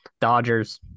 Dodgers